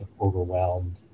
overwhelmed